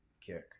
kick